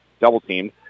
double-teamed